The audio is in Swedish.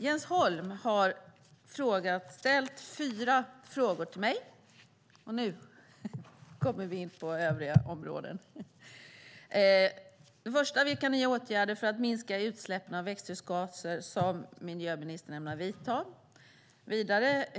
Jens Holm har ställt följande fyra frågor till mig: Vilka nya åtgärder för att minska utsläppen av växthusgaser ämnar miljöministern vidta?